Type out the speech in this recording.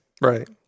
Right